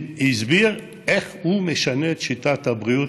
והסביר איך הוא משנה את שיטת הבריאות,